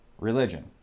religion